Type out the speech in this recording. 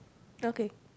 okay